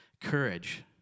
Courage